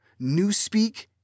Newspeak